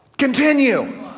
continue